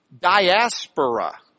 diaspora